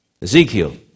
Ezekiel